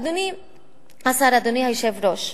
אדוני השר, אדוני היושב-ראש,